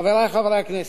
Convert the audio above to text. חברי חברי הכנסת,